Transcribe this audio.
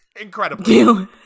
Incredible